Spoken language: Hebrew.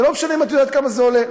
זה לא משנה אם את יודעת כמה זה עולה.